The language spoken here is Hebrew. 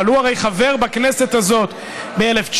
אבל הוא הרי חבר בכנסת הזאת מ-1988,